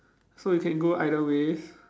so it can go either ways